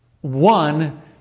One